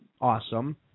awesome